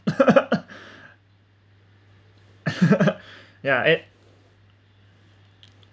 yeah it